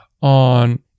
on